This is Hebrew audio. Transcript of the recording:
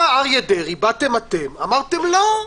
בא אריה דרעי, באתם אתם, אמרתם: לא,